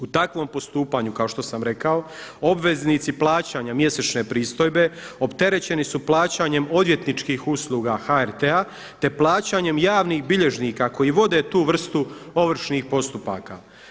U takvom postupanju kao što sam rekao obveznici plaćanja mjesečne pristojbe opterećeni su plaćanjem odvjetničkih usluga HRT-a, te plaćanjem javnih bilježnika koji vode tu vrstu ovršnih postupaka.